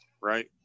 right